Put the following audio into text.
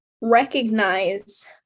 recognize